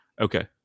Okay